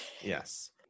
Yes